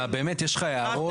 אתה באמת יש לך הערות.